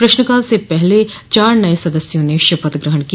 प्रश्नकाल से पहले चार नए सदस्यों ने शपथ ग्रहण की